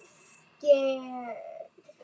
scared